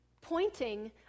pointing